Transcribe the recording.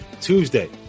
Tuesday